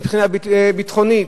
מבחינה ביטחונית,